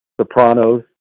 Sopranos